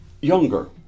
younger